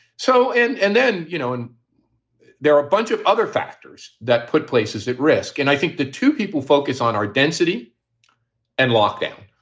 so and and then, you know, and there are a bunch of other factors that put places at risk. and i think the two people focus on our density and lockdown.